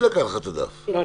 אני